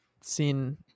seen